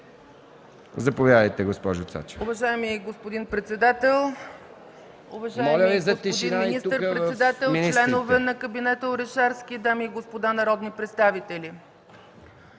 Заповядайте, госпожо Цачева.